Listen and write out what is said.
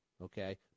Okay